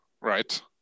right